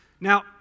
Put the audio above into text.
Now